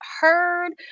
heard